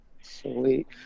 sweet